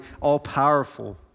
all-powerful